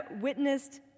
witnessed